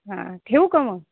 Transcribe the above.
हां ठेवू का मग